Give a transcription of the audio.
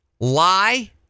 lie